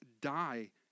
die